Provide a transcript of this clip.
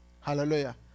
Hallelujah